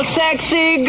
sexy